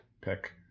pick